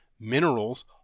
minerals